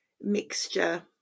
mixture